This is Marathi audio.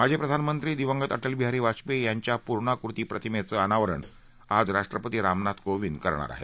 माजी प्रधानमंत्री दिवंगत अटलबिहारी वाजपेयी यांच्या पूर्णाकृती प्रतिमेचं अनावरण आज राष्ट्रपती रामनाथ कोविंद करणार आहेत